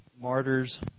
Martyrs